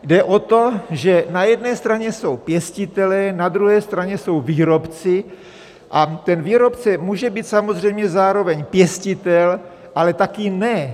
Jde o to, že na jedné straně jsou pěstitelé, na druhé straně jsou výrobci a ten výrobce může být samozřejmě zároveň pěstitel, ale také ne.